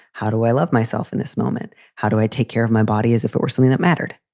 how do i love myself in this moment? how do i take care of my body as if it were something that mattered?